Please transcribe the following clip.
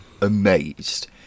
amazed